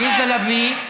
עליזה לביא,